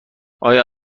آیا